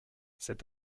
cet